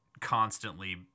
constantly